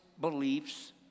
beliefs